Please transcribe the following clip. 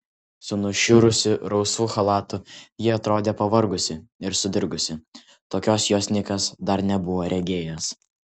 su nušiurusiu rausvu chalatu ji atrodė pavargusi ir sudirgusi tokios jos nikas dar nebuvo regėjęs